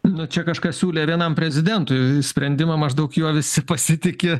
nu čia kažkas siūlė vienam prezidentui sprendimą maždaug juo visi pasitiki